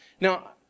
Now